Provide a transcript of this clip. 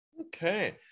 Okay